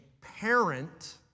parent